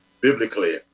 biblically